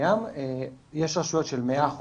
יש רשויות של 100%,